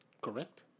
Correct